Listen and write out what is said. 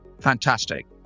fantastic